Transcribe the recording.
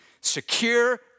secure